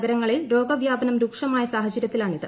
നഗരങ്ങളിൽ രോഗവ്യാപനം രൂക്ഷമായ സാഹചര്യത്തിലാണിത്